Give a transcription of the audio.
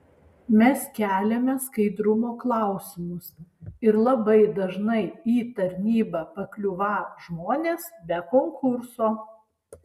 mes keliame skaidrumo klausimus ir labai dažnai į tarnybą pakliūvą žmonės be konkurso